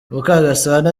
mukagasana